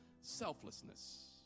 selflessness